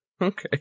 Okay